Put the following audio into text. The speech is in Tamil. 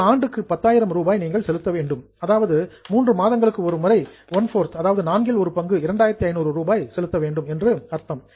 ஒரு ஆண்டுக்கு 10000 ரூபாய் நீங்கள் செலுத்த வேண்டும் அதாவது மூன்று மாதங்களுக்கு ஒரு முறை ஒன் போர்த் நான்கில் ஒரு பங்கு 2500 ரூபாய் செலுத்த வேண்டும் என்று அர்த்தம்